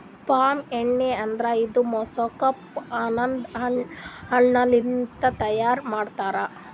palm ಎಣ್ಣಿ ಅಂದುರ್ ಇದು ಮೆಸೊಕಾರ್ಪ್ ಅನದ್ ಹಣ್ಣ ಲಿಂತ್ ತೈಯಾರ್ ಮಾಡ್ತಾರ್